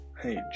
hey